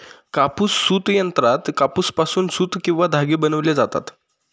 कापूस सूत यंत्रात कापसापासून सूत किंवा धागे बनविले जातात